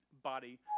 body